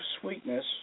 sweetness